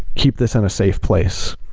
keep this in a safe place.